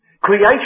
Creation